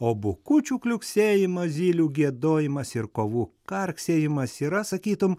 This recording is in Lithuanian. o bukučių kliuksėjimas zylių giedojimas ir kovų karksėjimas yra sakytum